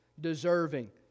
deserving